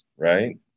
Right